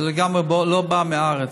זה לגמרי לא בא מהארץ.